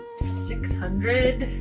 six hundred